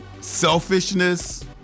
selfishness